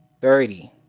thirty